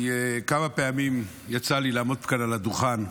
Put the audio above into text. כמה פעמים יצא לי לעמוד כאן על הדוכן,